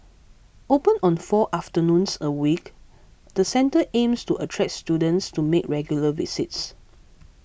open on four afternoons a week the centre aims to attract students to make regular visits